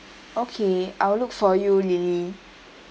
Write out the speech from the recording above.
okay I will look for you lily